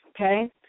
Okay